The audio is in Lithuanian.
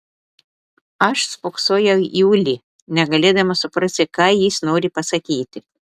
aš spoksojau į ulį negalėdama suprasti ką jis nori pasakyti